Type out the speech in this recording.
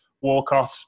Walcott